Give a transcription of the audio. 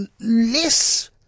less